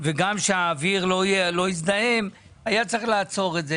וגם שהאוויר לא הזדהם, היה צריך לעצור את זה.